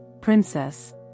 princess